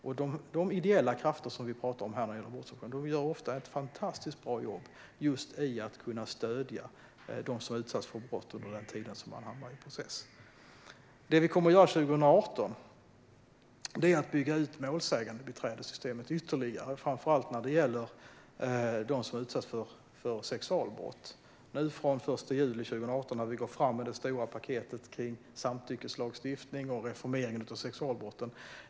De ideella krafter som vi talar när det gäller brottsoffren gör ofta ett fantastiskt bra jobb i att stödja dem som utsatts för brott under tiden de går igenom processen. Det vi kommer att göra 2018 är att bygga ut målsägandebiträdessystemet ytterligare, framför allt när det gäller dem som utsatts för sexualbrott. Från den 1 juli 2018 går vi fram med det stora paketet med samtyckeslagstiftning och reformeringen av sexualbrottslagstiftningen.